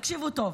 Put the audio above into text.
תקשיבו טוב,